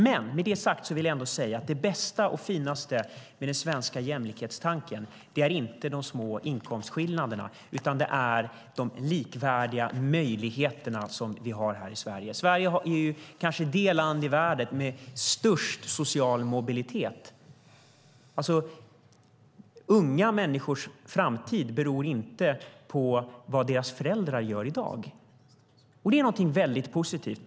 Med detta sagt vill jag ändå säga att det bästa och finaste med den svenska jämlikhetstanken inte är de små inkomstskillnaderna, utan det är de likvärdiga möjligheterna som vi har här i Sverige. Sverige är kanske det land i världen som har störst social mobilitet. Unga människors framtid beror inte på vad deras föräldrar gör i dag, och det är någonting väldigt positivt.